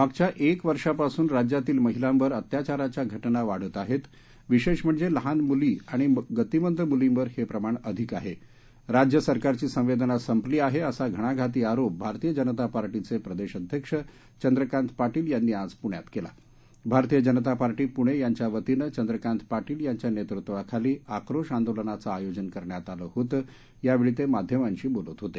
मागच्या एक वर्षापासून राज्यातील महिलांवर अत्याचाराच्या घटना वाढत आहेत विशेष म्हणजे लहान मुलगी आणि गतिमंद मुलींवर हे प्रमाण अधिक आहे राज्य सरकारची संवेदना संपली आहे असा घणाघाती आरोप भारतीय जनता पार्टीचे प्रदेश अध्यक्ष चंद्रकांत पाटील यांनी आज पुण्यात केला भारतीय जनता पार्टी पुणे यांच्यावतीनं चंद्रकांत पाटील यांच्या नेतृत्वाखाली आक्रोश आंदोलनाचे आयोजन करण्यात आले होते यावेळी ते माध्यमांशी बोलत होते